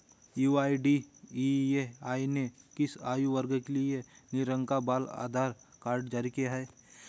UIDAI ने किस आयु वर्ग के लिए नीले रंग का बाल आधार कार्ड जारी किया है?